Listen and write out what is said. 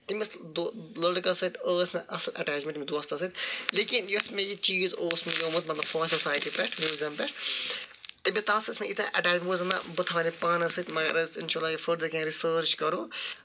تٔمِس لٔڑکَس سۭتۍ ٲسۍ مےٚ اَصٕل اٮ۪ٹٮ۪چمٮ۪نٹ دوستَس سۭتۍ لٮ۪کٕن یۄس مےٚ یہِ چیٖز اوس نِمُت مطلب فوسِل ساٮ۪ٹہِ پٮ۪ٹھ نِوزَن پٮ۪ٹھ تَتھ ٲسۍ مےٚ تِژاہ اٮ۪ٹٮ۪چمٮ۪نٹ گٕٔمٕژ بہٕ تھاوَن یہِ پانَس سۭتۍ مَگر ہے اِنشاللہ اَگر فٔردر کیٚنہہ رِسٲرٕچ کرو